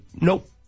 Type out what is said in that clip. Nope